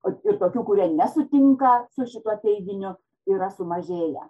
o ir tokių kurie nesutinka su šituo teiginiu yra sumažėję